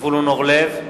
זבולון אורלב,